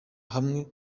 hamwe